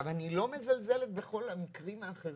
אני לא מזלזלת בכל המקרים האחרים,